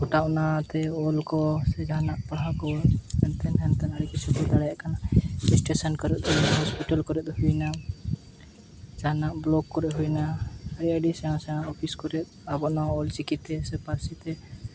ᱜᱚᱴᱟ ᱚᱱᱟ ᱚᱞ ᱠᱚ ᱥᱮ ᱡᱟᱦᱟᱱᱟᱜ ᱯᱟᱲᱦᱟᱜ ᱠᱚ ᱟᱹᱰᱤ ᱠᱤᱪᱷᱩ ᱦᱩᱭ ᱫᱟᱲᱮᱭᱟᱜ ᱠᱟᱱᱟ ᱥᱴᱮᱥᱚᱱ ᱦᱚᱥᱯᱤᱴᱟᱞ ᱠᱚᱨᱮ ᱫᱚ ᱦᱩᱭᱱᱟ ᱡᱟᱦᱟᱱᱟᱜ ᱵᱞᱚᱠ ᱠᱚᱨᱮᱜ ᱦᱩᱭᱱᱟ ᱢᱟᱱᱮ ᱟᱹᱰᱤ ᱥᱮᱬᱟ ᱥᱮᱬᱟ ᱚᱯᱷᱤᱥ ᱠᱚᱨᱮᱜ ᱟᱵᱚᱣᱟᱜ ᱱᱚᱣᱟ ᱚᱞ ᱪᱤᱠᱤ ᱛᱮ ᱥᱮ ᱯᱟᱹᱨᱥᱤ ᱛᱮ